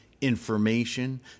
information